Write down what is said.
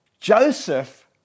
Joseph